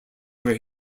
where